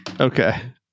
Okay